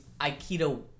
Aikido